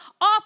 off